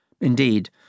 Indeed